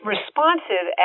Responsive